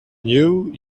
new